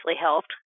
helped